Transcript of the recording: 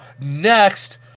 Next